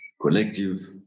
collective